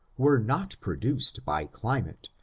were not produced by climate,